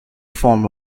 form